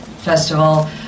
festival